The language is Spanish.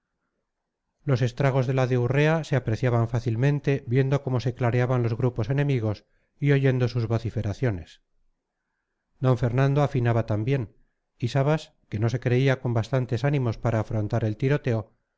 los estragos de la de urrea se apreciaban fácilmente viendo cómo se clareaban los grupos enemigos y oyendo sus vociferaciones d fernando afinaba también y sabas que no se creía con bastantes ánimos para afrontar el tiroteo